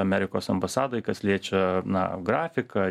amerikos ambasadai kas liečia na grafiką